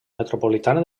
metropolitana